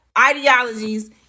ideologies